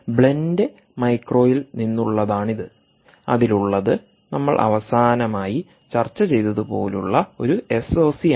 blend മൈക്രോയിൽ നിന്നുള്ളതാണിത് അതിലുള്ളത് നമ്മൾ അവസാനമായി ചർച്ച ചെയ്തതുപോലുള്ള ഒരു എസ്ഒസിയാണ്